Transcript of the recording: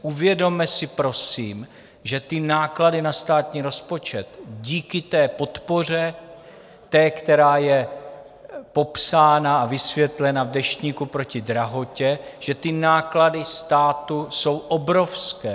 Uvědomme si prosím, že náklady na státní rozpočet díky podpoře, té, která je popsána a vysvětlena v Deštníku proti drahotě, že náklady státu jsou obrovské.